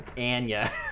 Anya